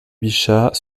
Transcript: bichat